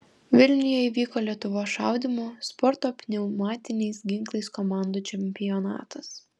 vilniuje įvyko lietuvos šaudymo sporto pneumatiniais ginklais komandų čempionatas